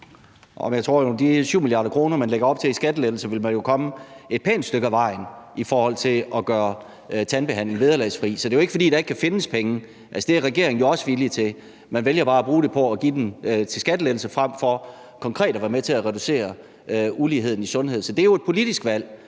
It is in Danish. man lægger op til, ville komme et pænt stykke af vejen i forhold til at gøre tandbehandling vederlagsfri. Så det er jo ikke, fordi der ikke kan findes penge. Altså, det er regeringen jo også villige til. Man vælger bare at give dem i skattelettelser frem for konkret at være med til at reducere uligheden i sundhed. Så det er jo et politisk valg;